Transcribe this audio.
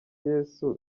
yesu